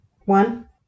One